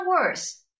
worse